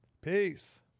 Peace